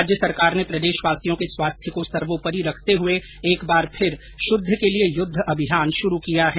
राज्य सरकार ने प्रदेशवासियों के स्वास्थ्य को सर्वोपरि रखते हुए एक बार फिर शुद्ध के लिए युद्ध अभियान शुरू किया है